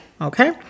okay